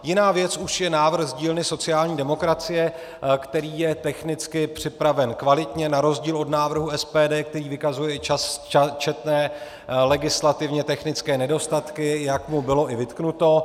Jiná věc už je návrh z dílny sociální demokracie, který je technicky připraven kvalitně na rozdíl od návrhu SPD, který vykazuje i četné legislativně technické nedostatky, jak mu bylo i vytknuto.